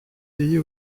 pays